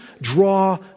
draw